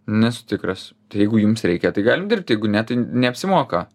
nesu tikras tai jeigu jums reikia tai galim dirbti jeigu ne tai neapsimoka